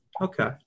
okay